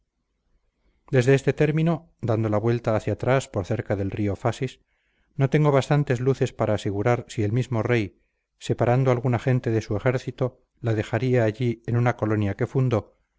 desde este término dando la vuelta hacia atrás por cerca del río fasis no tengo bastantes luces para asegurar si el mismo rey separando alguna gente de su ejército la dejaría allí en una colonia que fundó